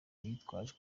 yitwaje